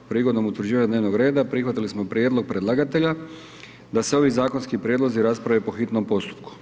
Prigodom utvrđivanja dnevnog reda prihvatili smo prijedlog predlagatelja da se ovi zakonski prijedlozi rasprave po hitnom postupku.